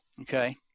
okay